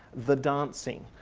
the dancing,